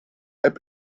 app